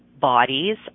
bodies